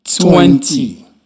twenty